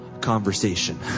conversation